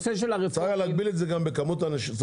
צריך גם להגביל את זה בכמות האנשים.